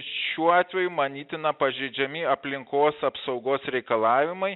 šiuo atveju manytina pažeidžiami aplinkos apsaugos reikalavimai